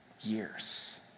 years